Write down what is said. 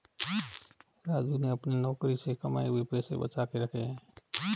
राजू ने अपने नौकरी से कमाए हुए पैसे बचा के रखे हैं